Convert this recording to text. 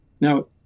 Now